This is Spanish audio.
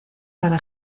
para